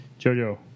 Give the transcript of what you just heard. Jojo